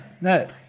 no